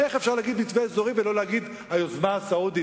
איך אפשר להגיד מתווה אזורי ולא להגיד היוזמה הסעודית,